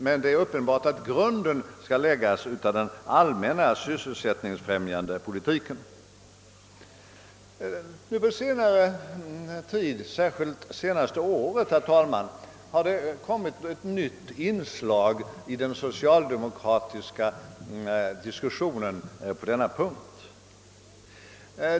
Men det är uppenbart att grunden skall läggas av den allmänna sysselsättningsfrämjande politiken. Under senare tid, särskilt det senaste året, har det, herr talman, kommit in ett nytt inslag i den socialdemokratiska diskussionen på denna punkt.